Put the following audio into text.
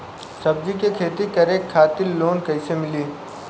सब्जी के खेती करे खातिर लोन कइसे मिली?